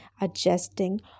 adjusting